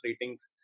ratings